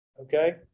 okay